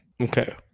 Okay